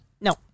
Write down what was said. No